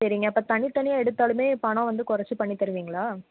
சரிங்க அப்போ தனித்தனியாக எடுத்தாலும் பணம் வந்து குறைச்சி பண்ணி தருவிங்களா